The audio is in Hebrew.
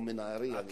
או מנהרייה.